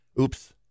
Oops